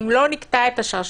אם לא נקטע את השרשרת,